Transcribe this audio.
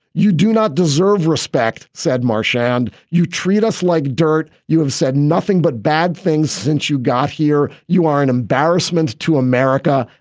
you do not deserve respect, said marsh, and you treat us like dirt. you have said nothing but bad things since you got here. you are an embarrassment to america.